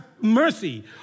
mercy